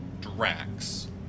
Drax